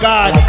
God